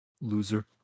Loser